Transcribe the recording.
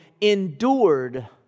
endured